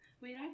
wait